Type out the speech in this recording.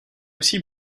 aussi